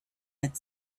had